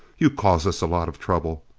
you caused us a lot of trouble.